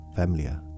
familiar